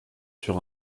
sur